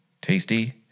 Tasty